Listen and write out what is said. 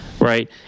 right